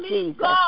Jesus